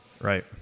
Right